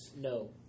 No